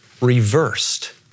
reversed